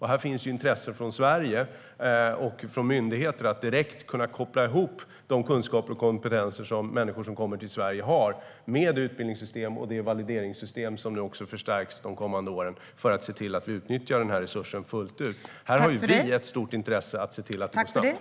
Här finns intresse från Sverige och svenska myndigheter att direkt kunna koppla ihop de kunskaper och kompetenser som människor som kommer till Sverige har med det utbildningssystem och valideringssystem som också förstärks de kommande åren för att se till att vi utnyttjar denna resurs fullt ut. Vi har ett stort intresse av att se till det går snabbt.